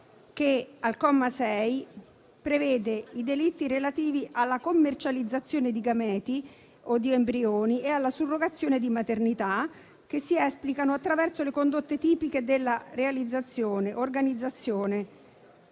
che al comma 6 prevede i delitti relativi alla commercializzazione di gameti o di embrioni e alla surrogazione di maternità che si esplicano attraverso le condotte tipiche della realizzazione, organizzazione